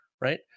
right